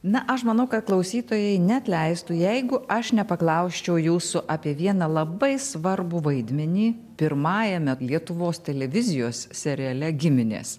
na aš manau kad klausytojai neatleistų jeigu aš nepaklausčiau jūsų apie vieną labai svarbų vaidmenį pirmajame lietuvos televizijos seriale giminės